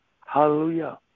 Hallelujah